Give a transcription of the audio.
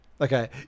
Okay